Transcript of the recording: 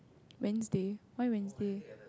Wednesday why Wednesday